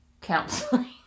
counseling